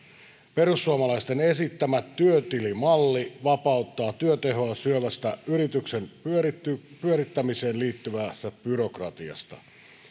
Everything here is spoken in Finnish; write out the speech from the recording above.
perussuomalaisten esittämä työtilimalli vapauttaa työtehoa syövästä yrityksen pyörittämiseen pyörittämiseen liittyvästä byrokratiasta